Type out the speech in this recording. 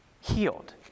healed